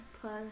plus